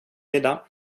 middag